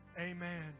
amen